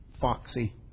foxy